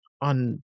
on